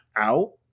out